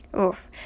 oof